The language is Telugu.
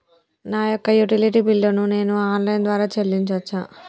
నా యొక్క యుటిలిటీ బిల్లు ను నేను ఆన్ లైన్ ద్వారా చెల్లించొచ్చా?